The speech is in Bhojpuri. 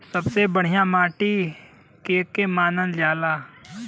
सबसे बढ़िया माटी के के मानल जा?